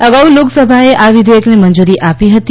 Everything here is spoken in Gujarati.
અગાઉ લોકસભાએ આ વિધેયકને મંજૂરી આપી હતી